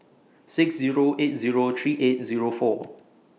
six Zero eight Zero three eight Zero four